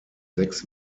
sechs